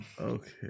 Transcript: Okay